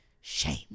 shame